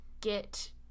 get